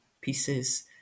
pieces